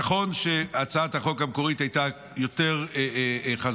נכון שהצעת החוק המקורית הייתה יותר חזקה.